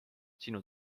sinu